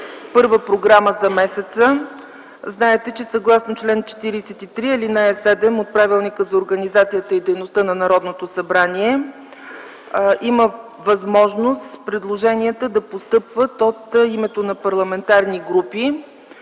първа програма за месеца, знаете, че съгласно чл. 43, ал. 7 от Правилника за организацията и дейността на Народното събрание има възможност предложенията да постъпват от името на парламентарни групи.